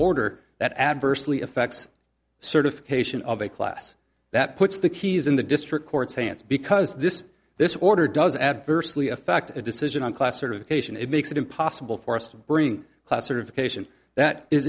order that adversely affects certification of a class that puts the keys in the district court's hands because this this order does adversely affect the decision on class or occasion it makes it impossible for us to bring classification that is